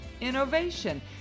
innovation